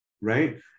right